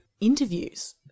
interviews